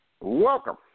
Welcome